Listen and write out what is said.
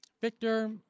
Victor